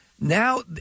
now